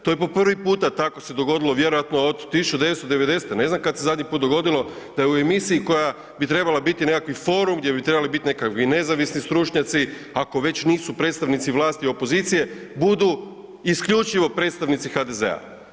To je po prvi puta tako se dogodilo vjerojatno od 1990., ne znam kad se zadnji put dogodilo da je u emisiji koja bi trebala biti nekakvi forum, gdje bi trebali bit nekakvi nezavisni stručnjaci, ako već nisu predstavnici vlasti i opozicije, budu isključivo predstavnici HDZ-a.